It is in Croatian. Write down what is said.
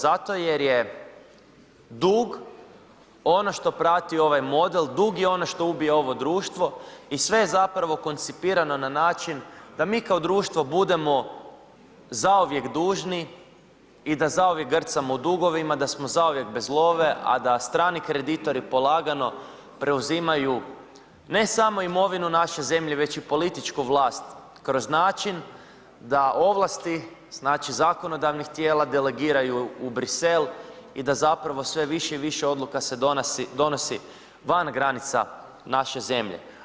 Zato jer je dug ono što prati ovaj model, dug je ono što ubija ovo društvo i sve je zapravo koncipirano na način da mi kao društvo budemo zauvijek dužni i da zauvijek grcamo u dugovima, da smo zauvijek bez love, a da strani kreditori polagano preuzimaju ne samo imovinu naše zemlje već i političku vlast kroz način da ovlasti zakonodavnih tijela delegiraju u Bruxelles i da sve više i više odluka se donosi van granica naše zemlje.